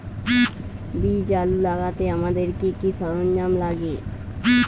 বীজ আলু লাগাতে আমাদের কি কি সরঞ্জাম লাগে?